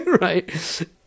right